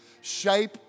shape